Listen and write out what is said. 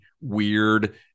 weird